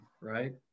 right